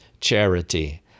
charity